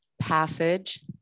passage